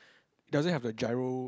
it doesn't have the giro